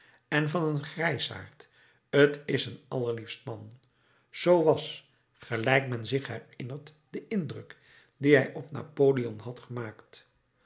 en van een grijsaard t is een allerliefst man zoo was gelijk men zich herinnert de indruk dien hij op napoleon had gemaakt